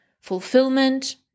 fulfillment